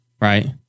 right